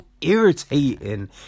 irritating